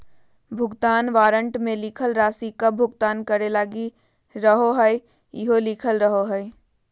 भुगतान वारन्ट मे लिखल राशि कब भुगतान करे लगी रहोहाई इहो लिखल रहो हय